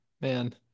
man